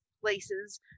places